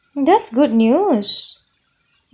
that's good news